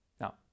Now